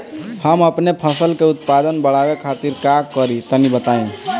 हम अपने फसल के उत्पादन बड़ावे खातिर का करी टनी बताई?